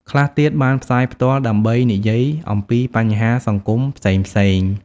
ខ្លះទៀតបានផ្សាយផ្ទាល់ ដើម្បីនិយាយអំពីបញ្ហាសង្គមផ្សេងៗ។